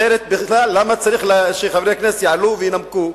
אחרת בכלל למה צריך שחברי כנסת יעלו וינמקו?